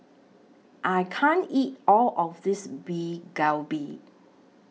I can't eat All of This Beef Galbi